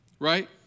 right